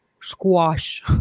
squash